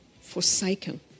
forsaken